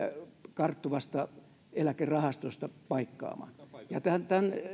karttuvasta eläkerahastosta paikkaamaan tämän